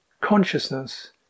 consciousness